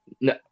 no